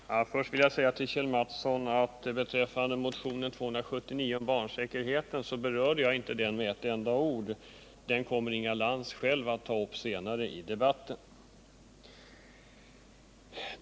Herr talman! Först vill jag säga till Kjell Mattsson att jag inte med ett enda ord berörde motionen 279 om barnsäkerheten. Den kommer Inga Lantz själv att ta upp senare i debatten.